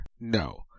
No